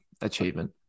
achievement